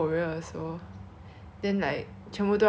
like and you know that how how many times I called